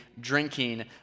drinking